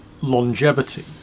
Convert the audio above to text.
longevity